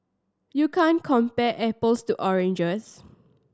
you can't compare apples to oranges